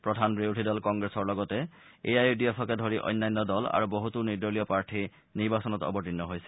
প্ৰধান বিৰোধী দল কংগ্ৰেছৰ লগতে এ আই ইউ ডি এফকে ধৰি অন্যান্য দল আৰু বহুতো নিৰ্দলীয় প্ৰাৰ্থী নিৰ্বাচনত অৱতীৰ্ণ হৈছে